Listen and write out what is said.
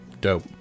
Dope